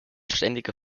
ständiger